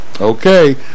Okay